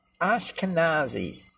Ashkenazis